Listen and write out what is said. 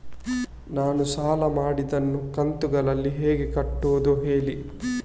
ನಾವು ಸಾಲ ಮಾಡಿದನ್ನು ಕಂತುಗಳಲ್ಲಿ ಹೇಗೆ ಕಟ್ಟುದು ಹೇಳಿ